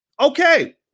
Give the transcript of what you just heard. Okay